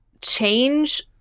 change